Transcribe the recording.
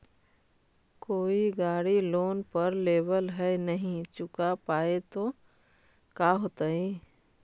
कोई गाड़ी लोन पर लेबल है नही चुका पाए तो का होतई?